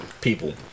People